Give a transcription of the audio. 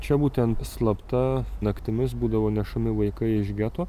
čia būtent slapta naktimis būdavo nešami vaikai iš geto